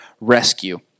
rescue